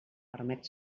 permet